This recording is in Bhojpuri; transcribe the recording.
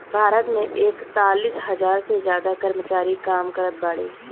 भारत मे एकतालीस हज़ार से ज्यादा कर्मचारी काम करत बाड़े